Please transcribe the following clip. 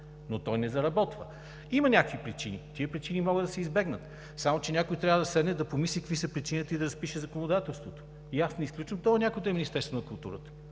Но той не заработва. Има някакви причини. Тези причини могат да се избегнат. Само че някой трябва да седне, да помисли какви са причините и да разпише законодателството. И аз не изключвам този някой да е Министерството на културата.